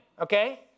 okay